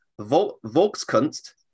Volkskunst